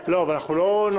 לא, לא, לא.